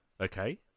Okay